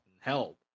help